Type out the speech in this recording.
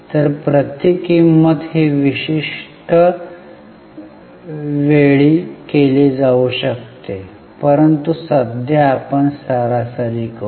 तर प्रति किंमत ही विशिष्ट वेळी केली जाऊ शकते परंतु सध्या आपण सरासरी करू